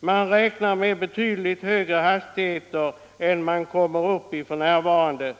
Man räknar med betydligt högre hastigheter än man kommer upp i f. n.